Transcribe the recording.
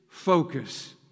Focus